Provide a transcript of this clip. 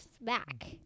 back